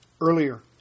Earlier